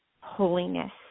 holiness